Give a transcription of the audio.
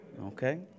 Okay